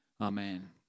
Amen